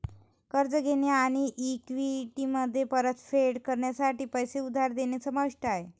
कर्ज घेणे आणि इक्विटीमध्ये परतफेड करण्यासाठी पैसे उधार घेणे समाविष्ट आहे